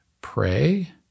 pray